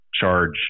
charge